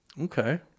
Okay